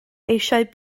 eisiau